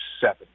seven